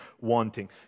wanting